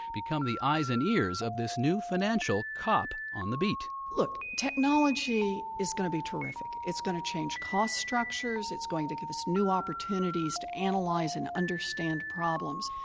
become the eyes and ears of this new financial cop on the beat look, technology is going to be terrific. it's gonna change cost structures. it's going to give us new opportunities to analyze and understand problems.